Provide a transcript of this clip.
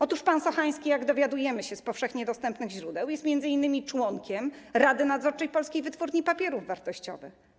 Otóż pan Sochański, jak dowiadujemy się z powszechnie dostępnych źródeł, jest m.in. członkiem rady nadzorczej Polskiej Wytwórni Papierów Wartościowych.